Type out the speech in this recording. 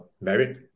Married